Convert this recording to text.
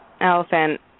Elephant